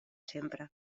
sempre